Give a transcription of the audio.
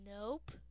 Nope